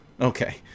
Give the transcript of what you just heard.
Okay